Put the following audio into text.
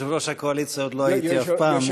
יושב-ראש הקואליציה עוד לא הייתי אף פעם.